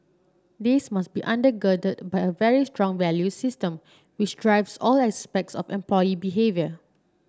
this must be under girded by a very strong value system which drives all aspects of employee behaviour